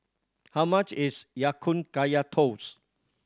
how much is Ya Kun Kaya Toast